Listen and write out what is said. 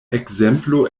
ekzemplo